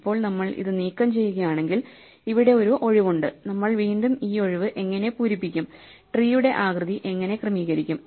ഇപ്പോൾ നമ്മൾ ഇത് നീക്കംചെയ്യുകയാണെങ്കിൽ ഇവിടെ ഒരു ഒഴിവുണ്ട് നമ്മൾ വീണ്ടും ഈ ഒഴിവ് എങ്ങനെ പൂരിപ്പിക്കും ട്രീയുടെ ആകൃതി എങ്ങനെ ക്രമീകരിക്കും